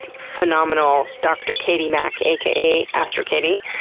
phenomenal dr. katie mack, a k a. astrokatie,